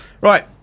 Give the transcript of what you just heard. Right